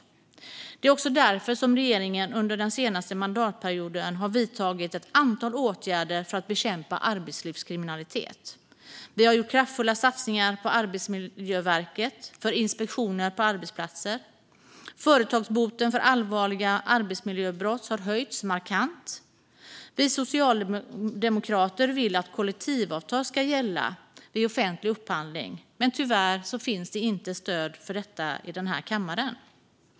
Det är också därför regeringen under den senaste mandatperioden har vidtagit ett antal åtgärder för att bekämpa arbetslivskriminalitet. Vi har gjort kraftfulla satsningar på Arbetsmiljöverket och på inspektioner på arbetsplatser. Företagsboten för allvarliga arbetsmiljöbrott har höjts markant. Vi socialdemokrater vill också att kollektivavtal ska gälla vid offentlig upphandling, men tyvärr finns det inte stöd för detta i den här kammaren.